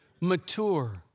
Mature